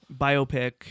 biopic